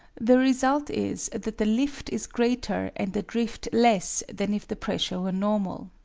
the result is that the lift is greater and the drift less than if the pressure were normal.